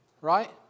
Right